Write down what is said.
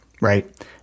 right